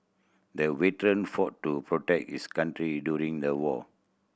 the veteran fought to protect his country during the war